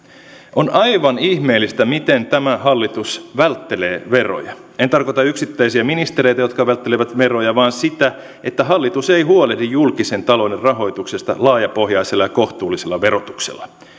on aivan ihmeellistä miten tämä hallitus välttelee veroja en tarkoita yksittäisiä ministereitä jotka välttelevät veroja vaan sitä että hallitus ei huolehdi julkisen talouden rahoituksesta laajapohjaisella ja kohtuullisella verotuksella